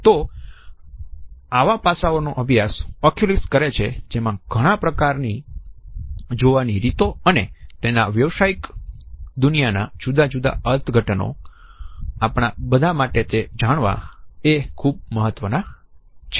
તો આવા પાસાઓનો અભ્યાસ ઓક્યુલિસિક્સ કરે છે જેમાં ઘણા પ્રકારની જોવાની રીતો અને વ્યાવસાયિક દુનિયામા તેના જુદા અર્થઘટનો આપણા બધા માટે તે જાણવા એ ખુબ મહત્વના છે